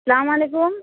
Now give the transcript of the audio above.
السّلام علیکم